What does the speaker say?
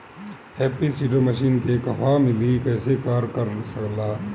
Happy seeder machine के कहवा मिली कैसे कार कर ला?